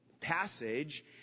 passage